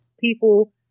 people